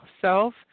self